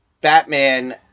Batman